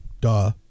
duh